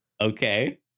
Okay